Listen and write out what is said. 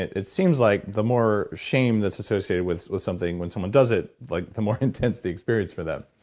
it it seems like the more shame that's associated with with something when someone does it, like the more intense the experience for them.